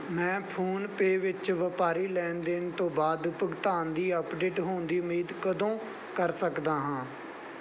ਮੈਂ ਫੋਨਪੇਅ ਵਿੱਚ ਵਪਾਰੀ ਲੈਣ ਦੇਣ ਤੋਂ ਬਾਅਦ ਭੁਗਤਾਨ ਦੀ ਅੱਪਡੇਟ ਹੋਣ ਦੀ ਉਮੀਦ ਕਦੋਂ ਕਰ ਸਕਦਾ ਹਾਂ